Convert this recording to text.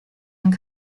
and